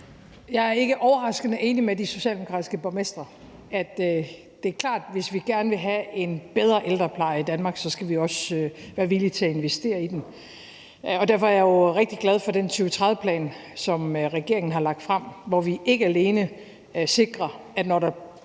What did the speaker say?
Jeg er ikke overraskende enig med de socialdemokratiske borgmestre. Det er klart, at hvis vi gerne vil have en bedre ældrepleje i Danmark, skal vi også være villige til at investere i den. Og derfor er jeg jo rigtig glad for den 2030-plan, som regeringen har lagt frem, hvor vi ikke alene sikrer, at når der